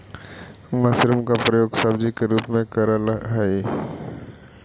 mushroom का प्रयोग सब्जी के रूप में करल हई